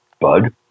bud